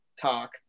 talk